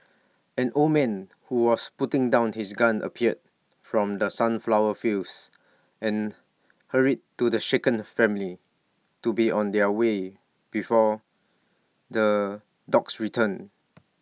an old man who was putting down his gun appeared from the sunflower fields and hurried to the shaken family to be on their way before the dogs return